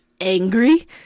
angry